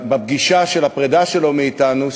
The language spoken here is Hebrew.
בפגישת הפרידה שלו מאתנו,